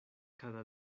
cada